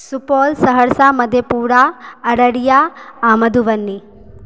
सुपौल सहरसा मधेपुरा अररिया आ मधुबनी